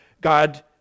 God